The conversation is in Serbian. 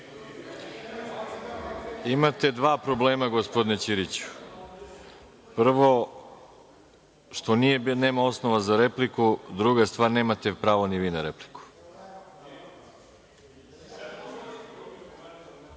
DS.)Imate dva problema, gospodine Ćiriću, prvo, što nema osnova za repliku. Druga stvar, nemate pravo ni vi na